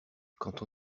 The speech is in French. quand